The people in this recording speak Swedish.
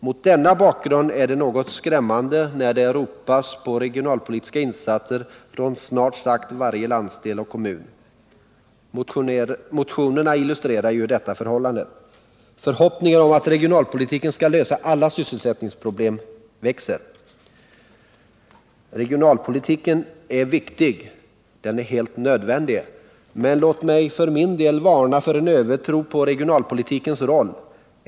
Mot denna bakgrund är det något skrämmande när det ropas på regionalpolitiska insatser från snart sagt varje landsdel och kommun. Motionerna illustrerar ju detta förhållande. Förhoppningar om att regionalpolitiken skall kunna lösa alla sysselsättningsproblem växer. Regionalpolitiken är viktig; den är helt nödvändig. Men låt mig för min del varna för en övertro på regionalpolitikens roll.